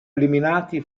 eliminati